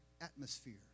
Atmosphere